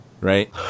right